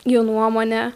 jų nuomonę